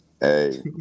Hey